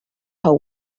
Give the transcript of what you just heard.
her